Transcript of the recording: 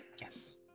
Yes